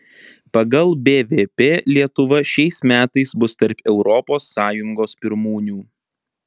pagal bvp lietuva šiais metais bus tarp europos sąjungos pirmūnių